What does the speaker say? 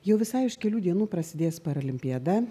jau visai už kelių dienų prasidės paralimpiada